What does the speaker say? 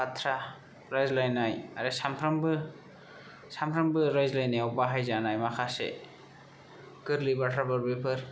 बाथ्रा रायज्लायनाय आरो सानफ्रामबो सानफ्रामबो रायज्लायनायाव बाहायजानाय माखासे गोरलै बाथ्राफोर बेफोर